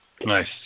Nice